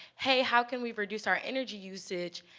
hey, how can we reduce our energy usage?